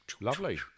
Lovely